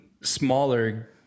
smaller